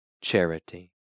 charity